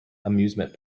amusement